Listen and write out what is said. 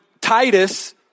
Titus